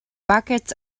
buckets